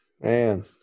man